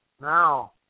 now